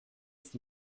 ist